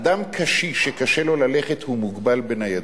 אדם קשיש, שקשה לו ללכת, הוא מוגבל בניידות.